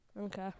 Okay